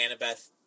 Annabeth